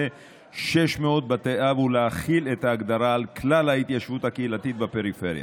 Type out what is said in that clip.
600 בתי אב ולהחיל את ההגדרה על כלל ההתיישבות הקהילתית בפריפריה.